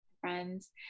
friends